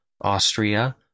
Austria